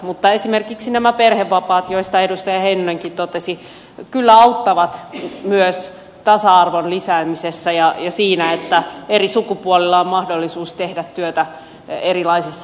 mutta esimerkiksi nämä perhevapaat joista edustaja heinonenkin totesi kyllä auttavat myös tasa arvon lisäämisessä ja siinä että eri sukupuolilla on mahdollisuus tehdä työtä erilaisissa elämänvaiheissa